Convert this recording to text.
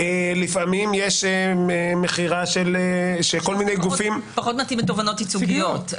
לפעמים יש מכירה שכל מיני גופים --- פחות מתאים לתובענות ייצוגיות.